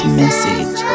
message